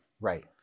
right